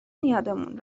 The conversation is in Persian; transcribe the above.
یادمون